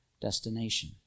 destination